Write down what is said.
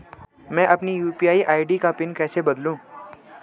मैं अपनी UPI ID का पिन कैसे बदलूं?